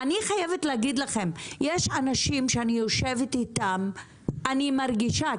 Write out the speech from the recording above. אני חייבת להגיד לכם יש אנשים שאני יושבת איתם ואני מרגישה,